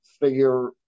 figure